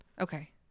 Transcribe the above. Okay